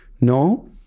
no